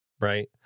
Right